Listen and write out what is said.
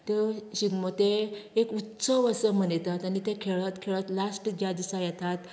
त्यो शिगमो ते एक उत्सव असो मनयतात आनी ते खेळत खेळत लास्ट ज्या दिसा येतात